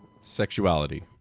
sexuality